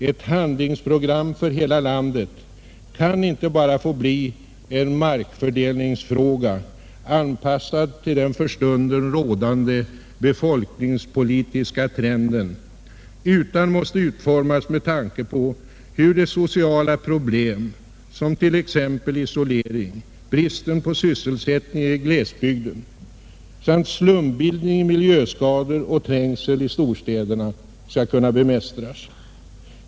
Ett handlingsprogram för hela landet kan inte bara få bli en fråga om markfördelning, anpassad till den för stunden rådande befolkningspolitiska trenden, utan det måste utformas med tanke på hur sociala problem som t.ex. isolering, bristen på sysselsättning i glesbygden samt slumbildning, miljöskador och trängsel i storstäderna skall kunna bemästras.